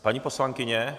Paní poslankyně!